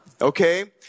Okay